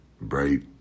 bright